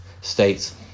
states